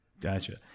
gotcha